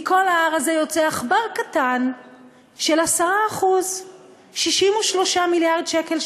מכל ההר הזה יוצא עכבר קטן של 10% 63 מיליארד שקל,